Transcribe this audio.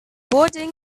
boarding